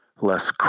less